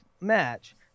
match